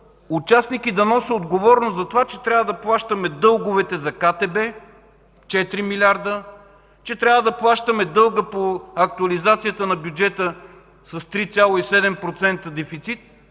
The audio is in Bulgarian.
участник и да нося отговорност за това, че трябва да плащаме дълговете за КТБ – 4 млрд. лв., че трябва да плащаме дълга по актуализацията на бюджета с 3,7% дефицит.